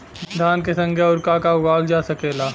धान के संगे आऊर का का उगावल जा सकेला?